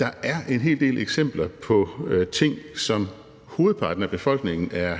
Der er en hel del eksempler på ting, som hovedparten af befolkningen er imod,